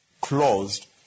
Closed